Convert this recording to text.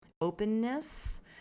Openness